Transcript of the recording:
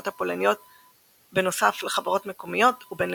הפולניות בנוסף לחברות מקומיות ובינלאומיות.